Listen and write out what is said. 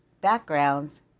backgrounds